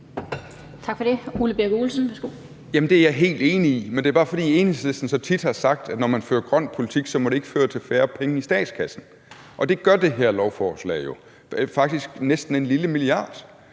det er jeg helt enig i, men det er bare, fordi Enhedslisten så tit har sagt, at når man fører grøn politik, må det ikke føre til færre penge i statskassen, og det gør det her lovforslag jo. Det er faktisk næsten en lille milliard.